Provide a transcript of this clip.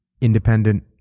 independent